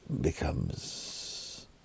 becomes